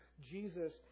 Jesus